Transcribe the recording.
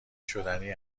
شدنی